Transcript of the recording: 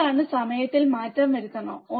എന്താണ് സമയത്തിൽ മാറ്റം വരുത്തണോ